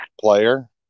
player